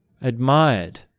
admired